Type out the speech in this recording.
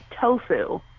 tofu